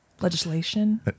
Legislation